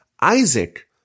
Isaac